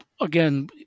again